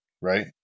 right